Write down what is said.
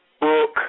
book